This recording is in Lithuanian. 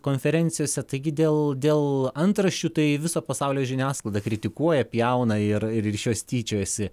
konferencijose taigi dėl dėl antraščių tai viso pasaulio žiniasklaida kritikuoja pjauna ir iš jos tyčiojasi